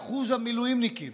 אחוז המילואימניקים